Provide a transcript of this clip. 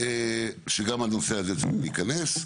היא שגם הנושא הזה צריך להיכנס.